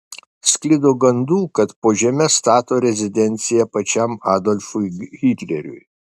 sklido gandų kad po žeme stato rezidenciją pačiam adolfui hitleriui